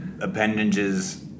appendages